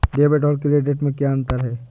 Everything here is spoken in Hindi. डेबिट और क्रेडिट में क्या अंतर है?